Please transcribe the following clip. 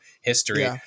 history